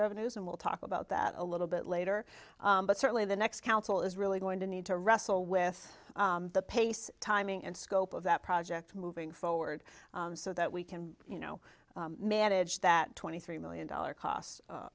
revenues and we'll talk about that a little bit later but certainly the next council is really going to need to wrestle with the pace timing and scope of that project moving forward so that we can you know manage that twenty three million dollars cost